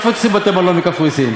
לא מפוצצים בתי-מלון בקפריסין,